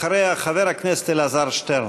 אחריה, חבר הכנסת אלעזר שטרן.